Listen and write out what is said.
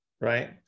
right